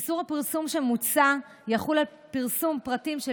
איסור הפרסום המוצע יחול על פרסום פרטים של